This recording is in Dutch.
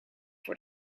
voor